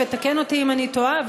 ותקן אותי אם אני טועה,